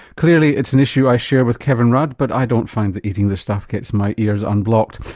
clearly it's an issue i share with kevin rudd but i don't find that eating the stuff gets my ears unblocked.